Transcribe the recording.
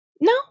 No